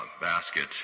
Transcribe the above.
basket